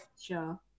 Sure